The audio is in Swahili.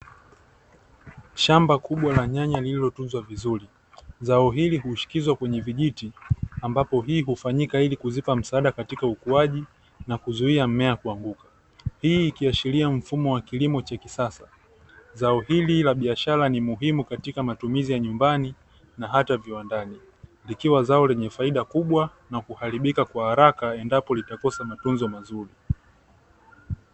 Shamba kubwa la nyanya lililotunzwa vizuri. Zao hili hushikizwa kwenye vijiti, ambapo hii hufanyika ili kuzipa msaada katika ukuaji na kuzuia mmea kuanguka. Hii ikiashiria mfumo wa kilimo cha kisasa. Zao hili la biashara ni muhimu katika matumizi ya nyumbani na hata viwandani. Iikiwa zao lenye faida kubwa na kuharibika kwa haraka endapo litakosa matunzo mazuri.